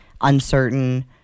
uncertain